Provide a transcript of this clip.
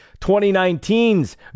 2019's